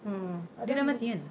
mm mm dia dah mati kan